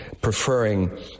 preferring